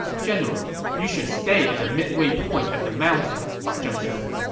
general, you should stay at the midway point of the mountain, fa zheng said.